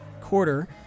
Quarter